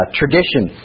tradition